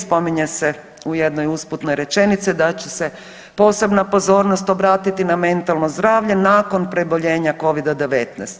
Spominje se u jednoj usputnoj rečenici da će se posebna pozornost obratiti na mentalno zdravlje nakon preboljenja Covida-19.